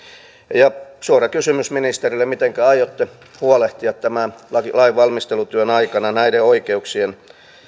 suora kysymys ministerille mitenkä aiotte huolehtia tämän lain lain valmistelutyön aikana näiden oikeuksien